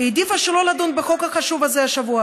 העדיפה שלא לדון בחוק החשוב הזה השבוע,